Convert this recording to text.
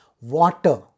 Water